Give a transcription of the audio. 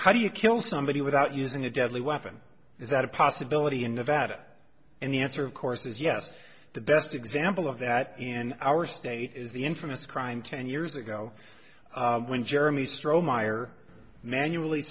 how do you kill somebody without using a deadly weapon is that a possibility in nevada and the answer of course is yes the best example of that in our state is the infamous crime ten years ago when jeremy stroh meyer manually